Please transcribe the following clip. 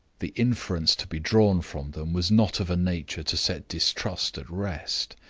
the inference to be drawn from them was not of a nature to set distrust at rest.